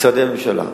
משרדי הממשלה,